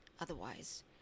Otherwise